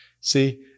see